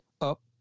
up